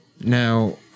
Now